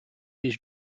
his